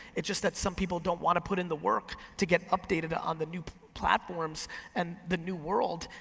it's just that some people don't wanna put in the work to get updated on the new platforms and the new world,